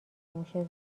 موشه